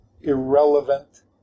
irrelevant